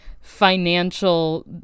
financial